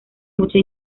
mucha